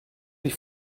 mich